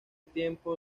tiempo